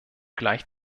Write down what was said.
gleich